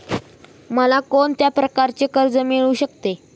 मला कोण कोणत्या प्रकारचे कर्ज मिळू शकते?